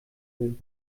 will